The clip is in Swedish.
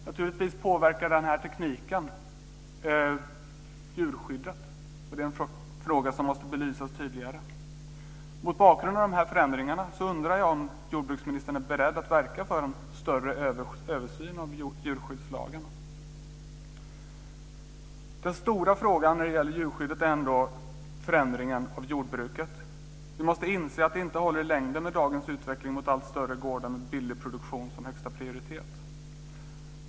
Naturligtvis påverkar den här tekniken djurskyddet. Det är en fråga som måste belysas tydligare. Mot bakgrund av de här förändringarna undrar jag om jordbruksministern är beredd att verka för en större översyn av djurskyddslagen. Den stora frågan när det gäller djurskyddet är ändå förändringen av jordbruket. Vi måste inse att det inte håller i längden med dagens utveckling mot allt större gårdar med billig produktion som högsta prioritet.